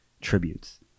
tributes